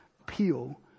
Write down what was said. appeal